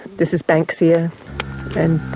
this is banksia and,